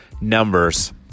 numbers